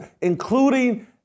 including